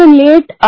late